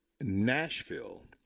Nashville